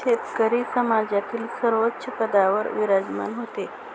शेतकरी समाजातील सर्वोच्च पदावर विराजमान होते